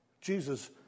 Jesus